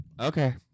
Okay